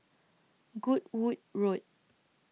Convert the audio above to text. Goodwood Road